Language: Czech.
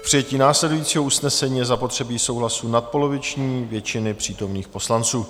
K přijetí následujícího usnesení je zapotřebí souhlasu nadpoloviční většiny přítomných poslanců.